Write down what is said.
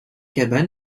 cabane